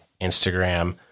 Instagram